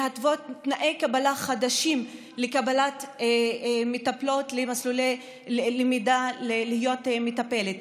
להתוות תנאי חדשים לקבלת מטפלות למסלול למידה להיות מטפלת.